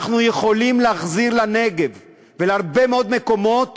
אנחנו יכולים להחזיר לנגב ולהרבה מאוד מקומות